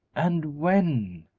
and when?